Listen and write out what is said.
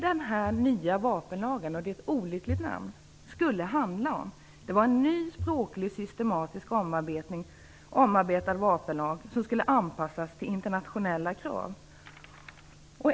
Den nya vapenlagen - det är ett olyckligt namn - skulle ges en ny språklig och systematisk omarbetning, som skulle anpassas till internationella krav.